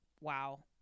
wow